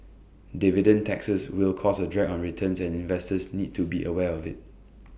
dividend taxes will cause A drag on returns and investors need to be aware of IT